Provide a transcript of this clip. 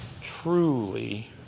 Truly